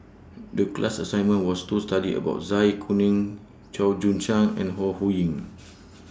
The class assignment was to study about Zai Kuning Chua Joon Siang and Ho Ho Ying